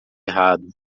errado